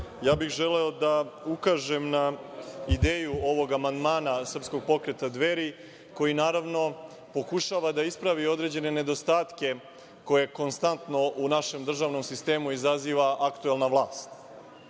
bih želeo da ukažem na ideju ovog amandmana Srpskog pokreta Dveri, koji naravno pokušava da ispravi određene nedostatke koje konstantno u našem državnom sistemu izaziva aktuelna vlast.